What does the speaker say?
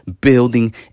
Building